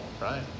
right